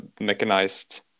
mechanized